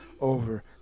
over